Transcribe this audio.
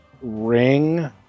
ring